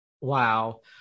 wow